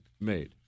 made